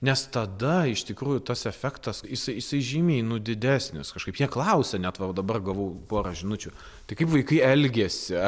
nes tada iš tikrųjų tas efektas jisai jisai žymiai nu didesnis kažkaip jie klausia net va dabar gavau pora žinučių tai kaip vaikai elgiasi